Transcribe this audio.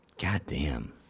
Goddamn